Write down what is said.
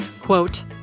quote